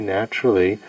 naturally